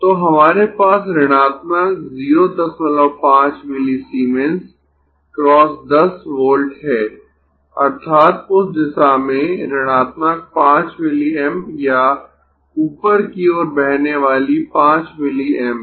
तो हमारे पास ऋणात्मक 05 मिलीसीमेंस × 10 वोल्ट है अर्थात् उस दिशा में ऋणात्मक 5 मिलीएम्प या ऊपर की ओर बहने वाली 5 मिलीएम्प